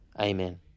Amen